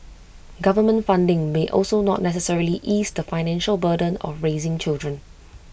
government funding may also not necessarily ease the financial burden of raising children